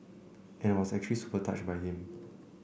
and I was actually super touched by him